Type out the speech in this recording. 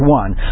one